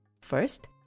First